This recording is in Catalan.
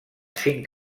cinc